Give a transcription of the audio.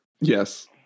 Yes